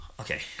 Okay